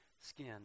skin